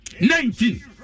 Nineteen